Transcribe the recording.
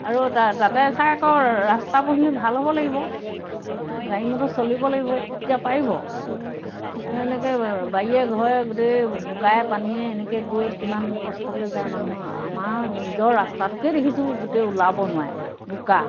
আৰু তা তাতে চাই আকৌ ৰাস্তা পদূলি ভাল হ'ব লাগিব গাড়ী মটৰ চলিব লাগিব তেতিয়া পাৰিব এনেকৈ বাৰীয়ে ঘৰে গোটেই বোকায়ে পানীয়ে এনেকৈ গৈ কিমান কষ্টকৈ যায় মানুহ আমাৰ নিজৰ ৰাস্তাটোকে দেখিছোঁ গোটেই ওলাব নোৱাৰে বোকা